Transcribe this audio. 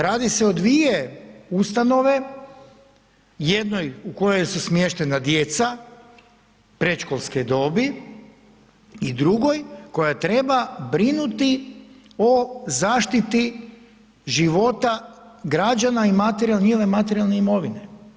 Radi se o dvije ustanove, jednoj u kojoj su smještena djeca predškolske dobi i drugoj koja treba brinuti o zaštiti života građana i njihove materijalne imovine.